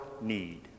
need